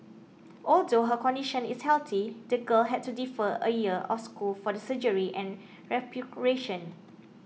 although her condition is healthy the girl had to defer a year of school for the surgery and recuperation